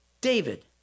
David